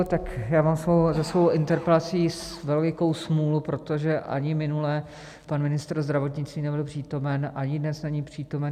Já mám se svou interpelací velikou smůlu, protože ani minule pan ministr zdravotnictví nebyl přítomen, ani dnes není přítomen.